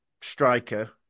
striker